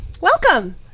Welcome